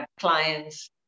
clients